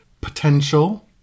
potential